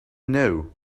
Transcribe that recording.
know